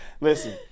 Listen